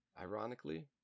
ironically